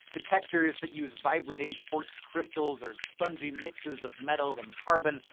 detectors that use vibrating quartz crystals, or spongy mixes of metal and carbon,